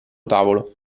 tavolo